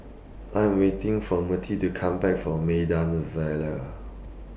I Am waiting For Mirtie to Come Back from Maida Vale